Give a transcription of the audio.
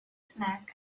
snack